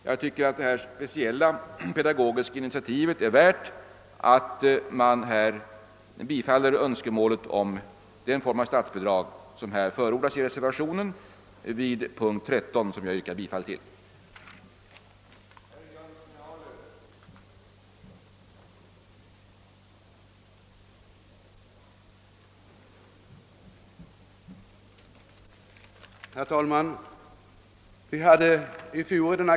Jag tycker att detta pedagogiska initiativ är värt att riksdagen beviljar den form av statsbidrag som förordas i reservationen under punkt 13, och jag yrkar bifall till reservationen.